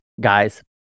guys